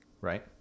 right